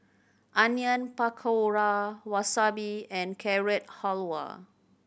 Onion Pakora Wasabi and Carrot Halwa